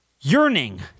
yearning